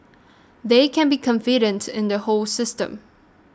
they can be confident in the whole system